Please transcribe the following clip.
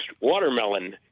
watermelon